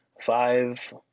five